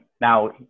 Now